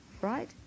right